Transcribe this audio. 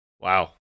Wow